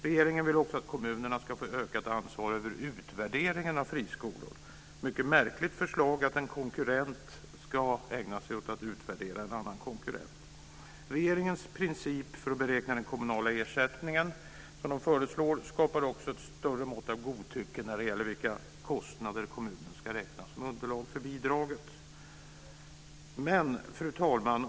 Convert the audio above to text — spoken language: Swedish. Regeringen vill också att kommunerna ska få ökat ansvar för utvärderingen av friskolor - ett mycket märkligt förslag att en konkurrent ska ägna sig åt att utvärdera en annan konkurrent. Regeringens förslag till princip för att beräkna den kommunala ersättningen skapar också ett större mått av godtycke när det gäller vilka kostnader kommunen ska räkna som underlag för bidraget. Fru talman!